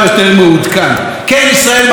כן, ישראל מגניבה, היא רק זקוקה לאלטרנטיבה.